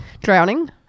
drowning